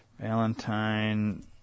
valentine